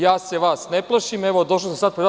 Ja se vas ne plašim, evo došao sam sad kod vas.